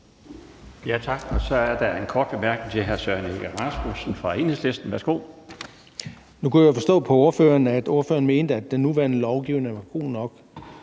Nu kunne jeg jo forstå på ordføreren, at ordføreren mente, at den nuværende lovgivning var god nok.